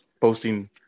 posting